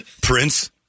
Prince